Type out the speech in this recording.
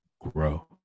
grow